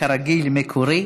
כרגיל, מקורי.